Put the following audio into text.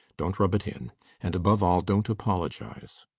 don't rub it in and above all, don't apologize.